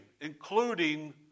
including